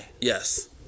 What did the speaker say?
Yes